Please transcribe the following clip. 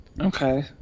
Okay